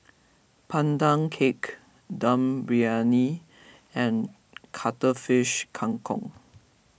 Pandan Cake Dum Briyani and Cuttlefish Kang Kong